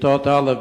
בכיתות א',